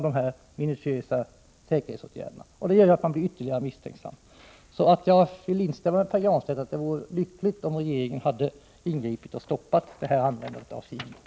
Det gör att man blir ytterligare misstänksam. Jag vill därför instämma i Pär Granstedts uppfattning att det hade varit lyckligt om regeringen ingripit och stoppat denna användning av Sigyn.